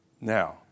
Now